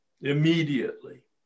immediately